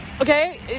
okay